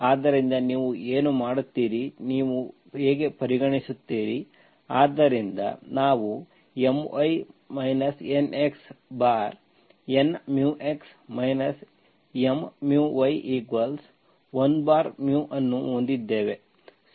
ಆದ್ದರಿಂದ ನೀವು ಏನು ಮಾಡುತ್ತೀರಿ ನೀವು ಪರಿಗಣಿಸುತ್ತೀರಿ ಆದ್ದರಿಂದ ನಾವು My NxN μx M y1 ಅನ್ನು ಹೊಂದಿದ್ದೇವೆ ಸರಿ